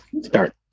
start